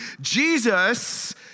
Jesus